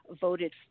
voted